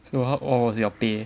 so how what was your pay